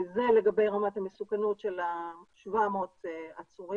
זה לגבי רמת המסוכנות של ה-700 עצורים.